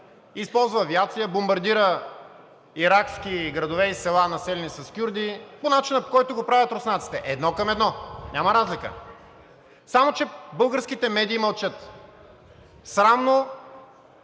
използва авиация, бомбардира иракски градове и села, населени с кюрди по начина, по който го правят руснаците – едно към едно. Няма разлика! Само че българските медии мълчат – срамно